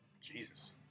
Jesus